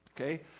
Okay